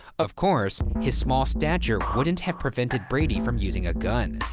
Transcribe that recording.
of course, his small stature wouldn't have prevented brady from using a gun,